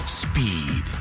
speed